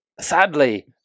Sadly